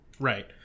right